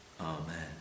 Amen